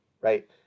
right